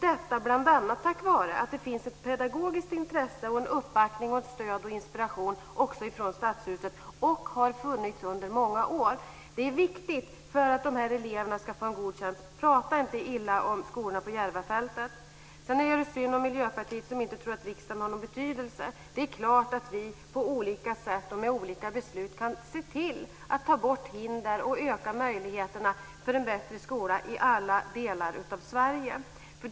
Detta bl.a. tack vare att det finns ett pedagogiskt intresse, en uppbackning, ett stöd och inspiration också från Stadshuset. Det har funnits under många år. Det är viktigt för att de här eleverna ska få en god chans. Prata inte illa om skolorna på Järvafältet! Det är synd om Miljöpartiet som inte tror att riksdagen har någon betydelse. Det är klart att vi på olika sätt och med olika beslut kan se till att ta bort hinder och öka möjligheterna för en bättre skola i alla delar av Sverige.